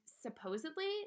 supposedly